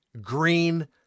green